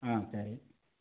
ஆ சரி